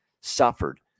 suffered